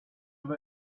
over